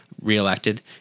reelected